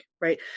right